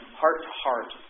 heart-to-heart